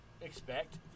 expect